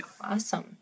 Awesome